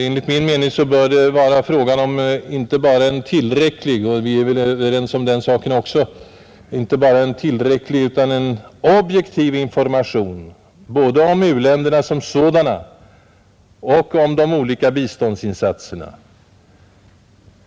Det bör vara fråga om inte bara en ”tillräcklig” — den saken är vi väl överens om — utan också en objektiv information både om u-länderna som sådana och om de olika biståndsinsatserna.